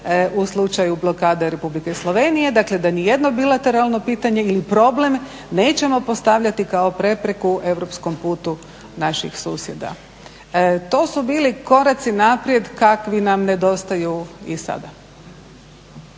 u slučaju blokade Republike Slovenije. Dakle, da ni jedno bilateralno pitanje ili problem nećemo postavljati kao prepreku europskom putu naših susjeda. To su bili koraci naprijed kakvi nam nedostaju i sada.